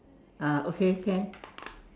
uh okay can